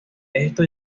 esto